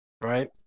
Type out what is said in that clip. right